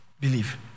believe